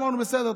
אמרנו בסדר.